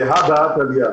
זה הא בהא תליא.